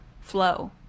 flow